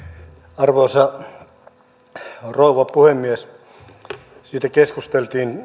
arvoisa rouva puhemies keskusteltiin